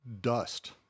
dust